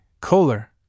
Kohler